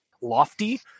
lofty